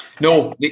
No